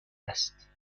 است